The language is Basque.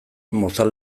mozal